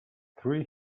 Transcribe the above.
three